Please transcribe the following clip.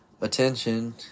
attention